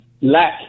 lack